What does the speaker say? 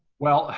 well,